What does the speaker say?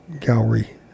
Gallery